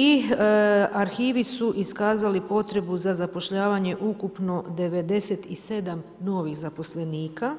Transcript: I arhivi su iskazali potrebu za zapošljavanje ukupno 97 novih zaposlenika,